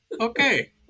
Okay